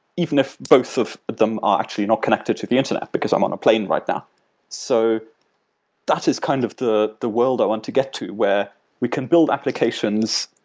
even if both of them are actually not connected to the internet, because i'm on a plane right now so that is kind of the the world i want to get to, where we can build applications,